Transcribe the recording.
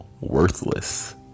worthless